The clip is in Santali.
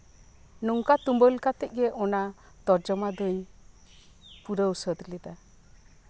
ᱱᱚᱝᱠᱟ ᱛᱩᱢᱟᱹᱞ ᱥᱟᱹᱛ ᱠᱟᱛᱮᱜ ᱜᱮ ᱱᱚᱣᱟ ᱛᱚᱨᱡᱚᱢᱟ ᱫᱳᱧ ᱯᱩᱨᱟᱹᱣ ᱥᱟᱹᱛ ᱞᱮᱫᱟ